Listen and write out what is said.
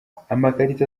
amakarita